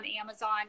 Amazon